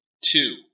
Two